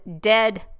dead